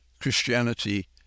Christianity